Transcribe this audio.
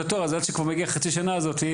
התור אז כשהוא מגיע אחרי החצי שנה הזאת,